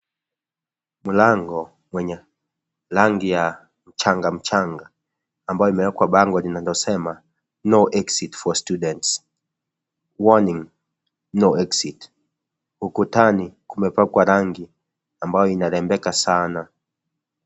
Mlango wenye rangi ya mchanga mchanga, ambayo imeekwa bango linalosema no exit for students, warning no exit ukutani kumepakwa rangi ambayo inarembeka sana.